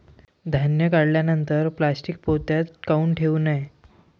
धान्य काढल्यानंतर प्लॅस्टीक पोत्यात काऊन ठेवू नये?